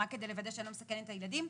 רק כדי לוודא שאני לא מסכנת את הילדים,